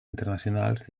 internacionals